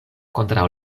kontraŭ